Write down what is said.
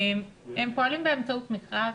הם פועלים באמצעות מכרז,